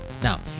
Now